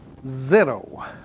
Zero